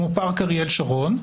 כמו "פארק אריאל שרון",